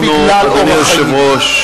רק בגלל אורח חייהן.